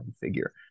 figure